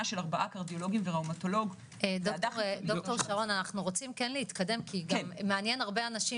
של ארבעה קרדיולוגיים- -- אנו רוצים להתקדם כי מעניין הרבה אנשים